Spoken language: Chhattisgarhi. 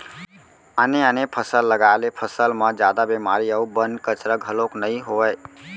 आने आने फसल लगाए ले फसल म जादा बेमारी अउ बन, कचरा घलोक नइ होवय